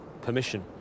permission